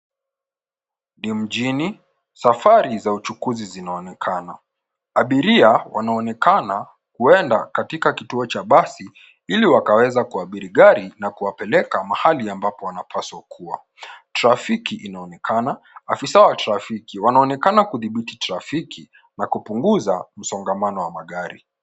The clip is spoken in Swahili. Ni mjini. Safari za uchukuzi zinaonekana. Abiria wanaonekana kuenda katika kituo cha basi ili wakaweza kuabiri gari na kuwapeleka mahali ambapo wanapaswa kuwa. Trafiki inaonekana. Afisa wa trafiki wanaonekana kudhibiti trafiki na kupunguza msongamano wa magari.